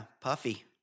Puffy